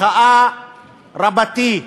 מחאה רבתי,